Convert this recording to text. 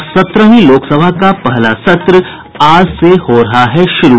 और सत्रहवीं लोकसभा का पहला सत्र आज से हो रहा है शुरू